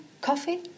coffee